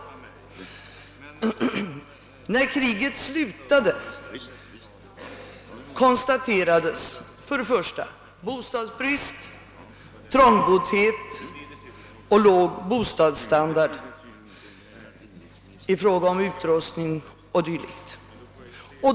När kriget slutade konstaterades bostadsbrist, trångboddhet och låg bostadsstandard i fråga om utrustning och dylikt.